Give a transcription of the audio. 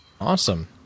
Awesome